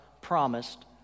promised